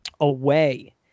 away